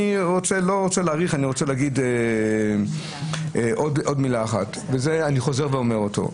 אני לא רוצה להאריך אלא לומר עוד מילה אחת אותה אני חוזר ואומר.